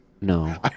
No